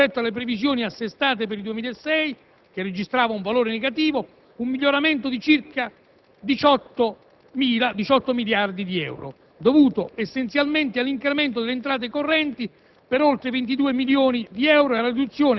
Anche il risparmio pubblico registra rispetto alle previsioni assestate per il 2006, che avevano un valore negativo, un miglioramento di circa 18 miliardi di euro, dovuto essenzialmente all'incremento delle entrate correnti